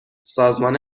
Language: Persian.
سازمان